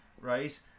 Right